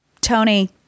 tony